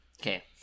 Okay